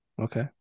Okay